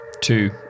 two